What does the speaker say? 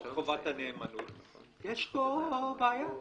יש פה בעיה.